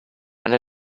and